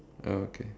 oh okay